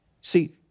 see